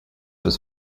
was